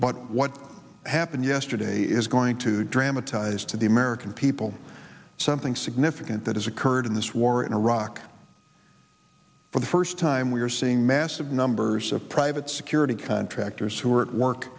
but what happened yesterday is going to dramatize to the american people something significant that has occurred in this war in iraq for the first time we are seeing massive numbers of private security contractors who are at work